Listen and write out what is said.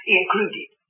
included